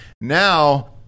Now